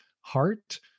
heart